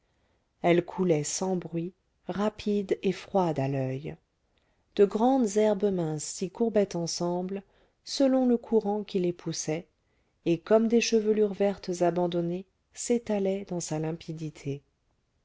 elle coulait sans bruit rapide et froide à l'oeil de grandes herbes minces s'y courbaient ensemble selon le courant qui les poussait et comme des chevelures vertes abandonnées s'étalaient dans sa limpidité